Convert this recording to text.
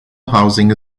housing